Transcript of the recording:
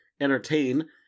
entertain